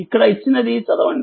ఇక్కడ ఇచ్చినది చదవండి